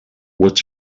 what